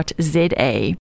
ZA